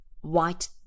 White